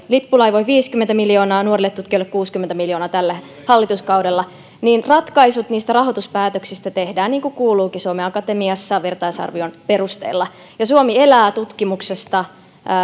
lippulaivoihin viisikymmentä miljoonaa nuorille tutkijoille kuusikymmentä miljoonaa tällä hallituskaudella niin ratkaisut niistä rahoituspäätöksistä tehdään niin kuin kuuluukin suomen akatemiassa vertaisarvion perusteella suomi elää tutkimuksesta